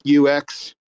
UX